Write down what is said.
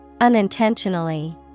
Unintentionally